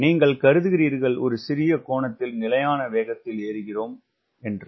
நீங்கள் கருதுகிறீர்கள் ஒரு சிறிய கோணத்தில் நிலையான வேகத்தில் ஏறுகிறோம் என்று